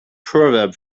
proverb